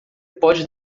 pode